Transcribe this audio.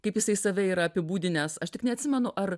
kaip jisai save yra apibūdinęs aš tik neatsimenu ar